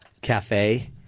cafe –